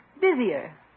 Busier